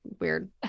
Weird